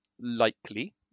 likely